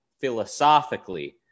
philosophically